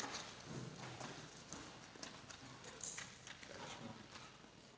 Hvala